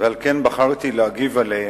ועל כן בחרתי להגיב עליהם,